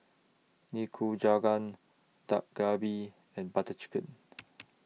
Nikujaga Dak Galbi and Butter Chicken